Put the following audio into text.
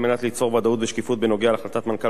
על מנת ליצור ודאות ושקיפות בנוגע להחלטת מנכ"ל